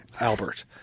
Albert